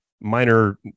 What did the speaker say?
minor